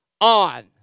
on